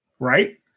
right